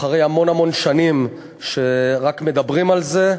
אחרי המון המון שנים שרק מדברים על זה,